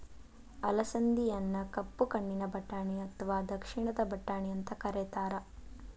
ಅಲಸಂದಿಯನ್ನ ಕಪ್ಪು ಕಣ್ಣಿನ ಬಟಾಣಿ ಅತ್ವಾ ದಕ್ಷಿಣದ ಬಟಾಣಿ ಅಂತ ಕರೇತಾರ